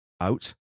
out